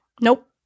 Nope